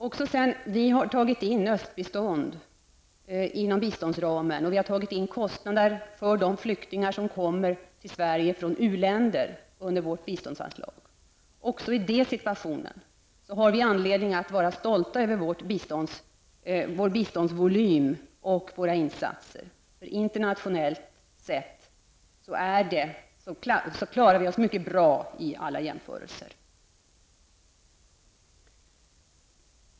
Även när man räknar in östbiståndet i biståndsramen och kostnaderna för de flyktingar som kommer till Sverige från u-länder, har vi anledning att vara stolta över vår biståndsvolym och våra insatser. Internationellt sett klarar vi oss mycket bra i alla jämförelser.